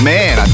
Man